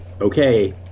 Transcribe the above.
okay